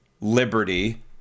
liberty